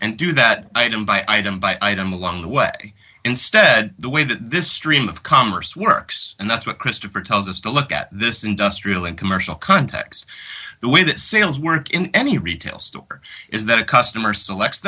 and do that item by item by item along the way instead the way that this stream of commerce works and that's what christopher tells us to look at this industrial and commercial context the way the sales work in any retail store is that a customer select